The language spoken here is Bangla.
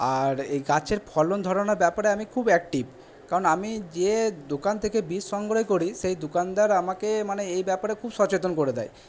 আর এই গাছের ফলন ধরানোর ব্যাপারে আমি খুব অ্যাক্টিভ কারণ আমি যে দোকান থেকে বীজ সংগ্রহ করি সেই দোকানদার আমাকে মানে এই ব্যাপারে খুব সচেতন করে দেয়